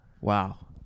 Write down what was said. Wow